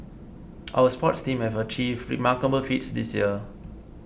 our sports teams have achieved remarkable feats this year